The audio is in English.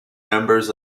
members